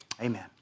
Amen